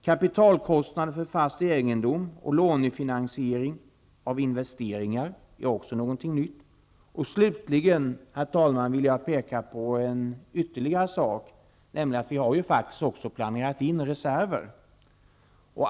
Kapitalkostnader för fast egendom och lånefinansiering av investeringar är också något nytt. Herr talman! Jag vill slutligen peka på en ytterligare sak, nämligen att vi har planerat in reserver.